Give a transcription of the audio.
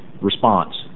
Response